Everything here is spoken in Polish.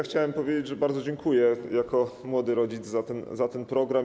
Chciałem powiedzieć, że bardzo dziękuję, jako młody rodzic, za ten program.